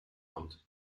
amt